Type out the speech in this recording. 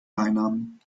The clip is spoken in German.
beinamen